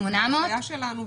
סליחה גברתי.